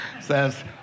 says